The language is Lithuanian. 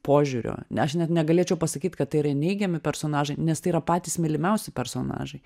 požiūrio aš net negalėčiau pasakyt kad tai yra neigiami personažai nes tai yra patys mylimiausi personažai